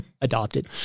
Adopted